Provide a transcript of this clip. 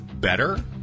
better